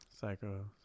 psycho